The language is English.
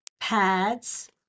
pads